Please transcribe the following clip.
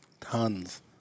tons